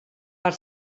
per